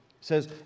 says